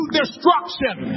destruction